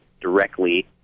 directly